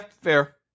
fair